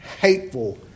hateful